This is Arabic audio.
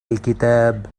الكتاب